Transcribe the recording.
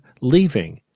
leaving